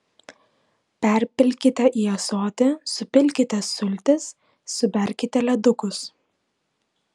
perpilkite į ąsotį supilkite sultis suberkite ledukus